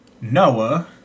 Noah